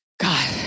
God